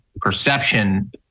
perception